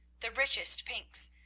the richest pinks,